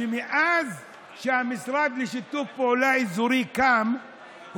מאז שהמשרד לשיתוף פעולה אזורי קם,